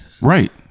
Right